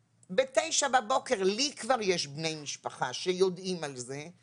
בתשע בבוקר לי כבר יש בני משפחה שיודעים על זה,